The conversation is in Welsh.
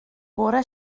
bore